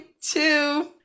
two